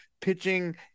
Pitching